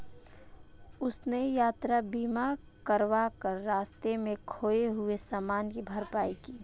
उसने यात्रा बीमा करवा कर रास्ते में खोए हुए सामान की भरपाई की